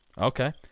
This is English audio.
Okay